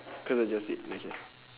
cause I just did you okay or not